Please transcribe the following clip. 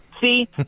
See